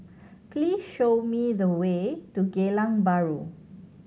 please show me the way to Geylang Bahru